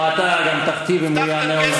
או, אתה גם תכתיב אם הוא יענה או לא.